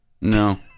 No